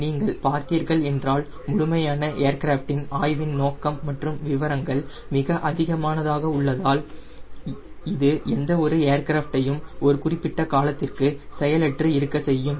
நீங்கள் பார்த்தீர்கள் என்றால் முழுமையான ஏர்கிராஃப்டின் ஆய்வின் நோக்கம் மற்றும் விவரங்கள் மிக அதிகமானதாக உள்ளதால் இது எந்த ஒரு ஏர்கிராஃப்டையும் ஒரு குறிப்பிட்ட காலத்திற்கு செயலற்று இருக்க செய்யும்